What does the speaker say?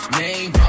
name